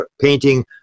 painting